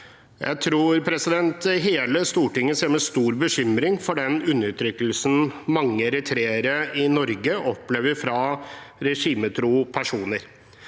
Jeg tror hele Stortinget ser med stor bekymring på den undertrykkelsen mange eritreere i Norge opplever fra regimetro personer.